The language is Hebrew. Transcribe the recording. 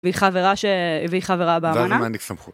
והיא חברה ש... והיא חברה באמנה.